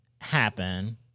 happen